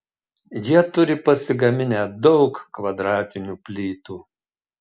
jie turi pasigaminę daug kvadratinių plytų